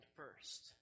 first